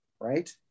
right